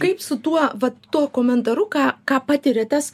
kaip su tuo vat to komentaru ką ką patiria tas